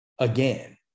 again